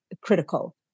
critical